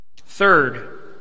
Third